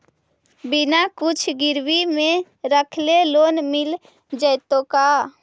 बिना कुछ गिरवी मे रखले लोन मिल जैतै का?